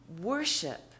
worship